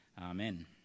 Amen